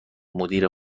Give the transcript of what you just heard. مدیر